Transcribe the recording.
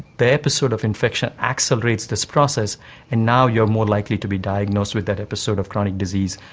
the episode of infection accelerates this process and now you are more likely to be diagnosed with that episode of chronic disease,